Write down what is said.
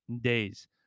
days